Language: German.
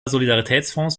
solidaritätsfonds